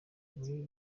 muri